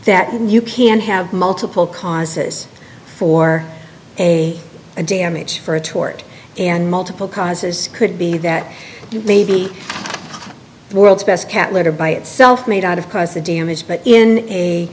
that you can have multiple causes for a damage for a tort and multiple causes could be that maybe the world's best cat litter by itself made out of cause the damage but in a